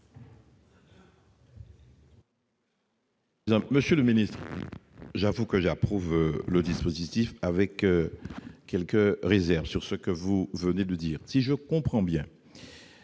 Monsieur le ministre, j'avoue que j'approuve le dispositif, même si j'émets quelques réserves sur ce que vous venez de dire. Si je comprends bien,